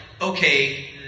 okay